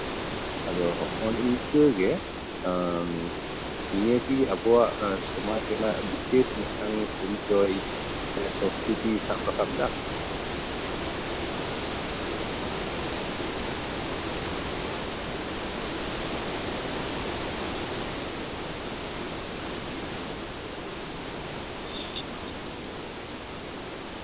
ᱟᱫᱚ ᱦᱚᱸᱜᱼᱚ ᱱᱤᱝᱠᱟᱹ ᱜᱮ ᱱᱤᱭᱟᱹ ᱠᱤ ᱟᱵᱚᱣᱟᱜ ᱥᱚᱢᱟᱡ ᱨᱮᱱᱟᱜ ᱵᱤᱥᱮᱥ ᱢᱤᱫᱴᱟᱝ ᱯᱚᱨᱤᱪᱚᱭ ᱥᱮ ᱥᱚᱝᱥᱠᱨᱤᱛᱤᱭ ᱥᱟᱵ ᱨᱟᱠᱟᱵᱫᱟ